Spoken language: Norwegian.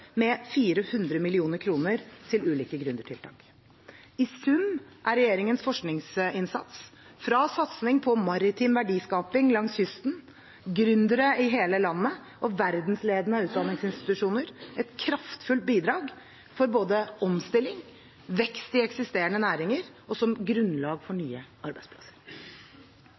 med 400 mill. kr til ulike gründertiltak. I sum er regjeringens forskningsinnsats – satsing på maritim verdiskaping langs kysten, gründere i hele landet og verdensledende utdanningsinstitusjoner – et kraftfullt bidrag både for omstilling, vekst i eksisterende næringer, og som et grunnlag for